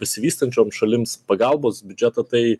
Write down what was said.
besivystančioms šalims pagalbos biudžetą tai